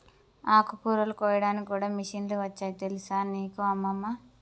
ఆకుకూరలు కోయడానికి కూడా మిషన్లు వచ్చాయి తెలుసా నీకు అమ్మమ్మ